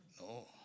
No